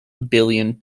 billion